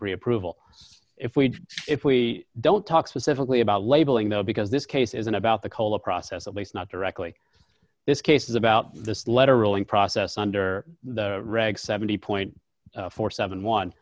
pre approval if we if we don't talk specifically about labeling the because this case isn't about the color process at least not directly this case is about this letter rolling process under the regs seventy point four seven one